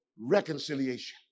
reconciliation